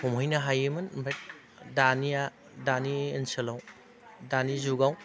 हमहैनो हायोमोन आमफ्राय दानाया दानि ओनसोलाव दानि जुगाव